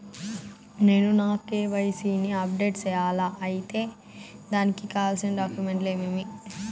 నేను నా కె.వై.సి ని అప్డేట్ సేయాలా? అయితే దానికి కావాల్సిన డాక్యుమెంట్లు ఏమేమీ?